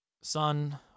son